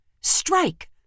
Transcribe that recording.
Strike